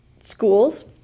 schools